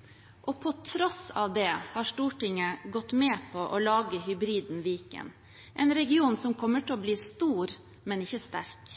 allerede. På tross av det har Stortinget gått med på å lage hybriden Viken, en region som kommer til å bli stor, men ikke sterk,